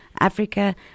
africa